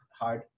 hard